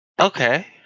Okay